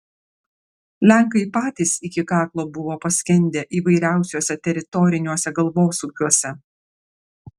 lenkai patys iki kaklo buvo paskendę įvairiausiuose teritoriniuose galvosūkiuose